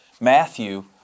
Matthew